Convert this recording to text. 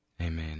Amen